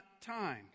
time